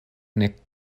nek